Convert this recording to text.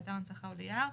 לאתר הנצחה או ליער,